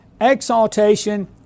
exaltation